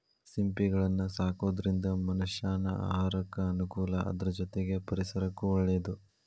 ಸಿಂಪಿಗಳನ್ನ ಸಾಕೋದ್ರಿಂದ ಮನಷ್ಯಾನ ಆಹಾರಕ್ಕ ಅನುಕೂಲ ಅದ್ರ ಜೊತೆಗೆ ಪರಿಸರಕ್ಕೂ ಒಳ್ಳೇದು